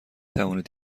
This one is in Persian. توانید